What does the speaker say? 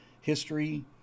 history